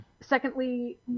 Secondly